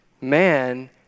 Man